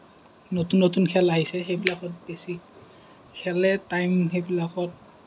নতুন নতুন খেল আহিছে সেইবিলাকত বেছি খেলে টাইম সেইবিলাকত